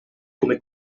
come